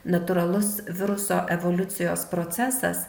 natūralus viruso evoliucijos procesas